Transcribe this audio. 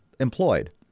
employed